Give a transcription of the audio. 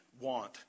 want